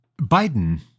Biden